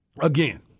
again